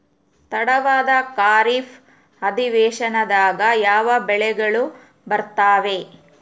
ತಡವಾದ ಖಾರೇಫ್ ಅಧಿವೇಶನದಾಗ ಯಾವ ಬೆಳೆಗಳು ಬರ್ತಾವೆ?